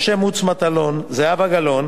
משה מוץ מטלון וזהבה גלאון,